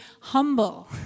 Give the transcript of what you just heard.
humble